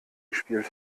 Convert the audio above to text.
gespielt